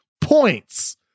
points